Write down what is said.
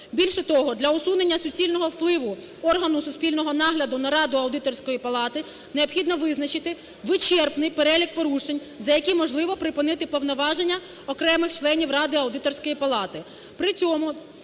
Більше того, для усунення суцільного впливу органу суспільного нагляду на раду Аудиторської палати необхідно визначити вичерпний перелік порушень за які можливо припинити повноваження окремих членів ради Аудиторської палати.